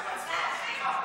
לעשות הצבעה.